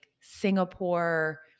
Singapore